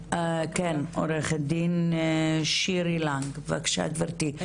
עו"ד שירי לנג, בבקשה גברתי.